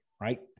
right